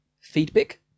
feedback